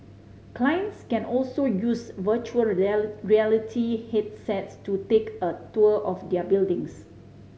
clients can also use virtual reality headsets to take a tour of their buildings